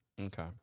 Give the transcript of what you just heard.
Okay